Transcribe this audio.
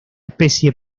especie